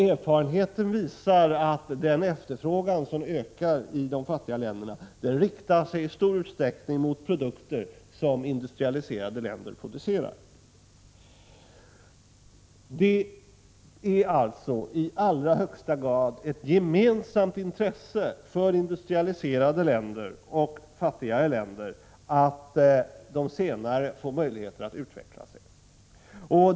Erfarenheten visar att denna ökade efterfrågan i stor utsträckning riktar sig mot produkter som industrialiserade länder framställer. Det är alltså i allra högsta grad ett gemensamt intresse för industrialiserade länder och fattigare länder att de senare får möjligheter att utvecklas.